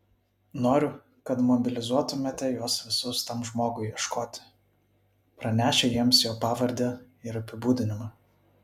noriu kad mobilizuotumėte juos visus tam žmogui ieškoti pranešę jiems jo pavardę ir apibūdinimą